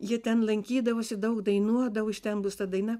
jie ten lankydavosi daug dainuodavo iš ten bus ta daina